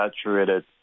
saturated